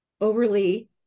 overly